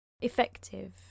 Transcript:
effective